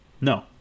No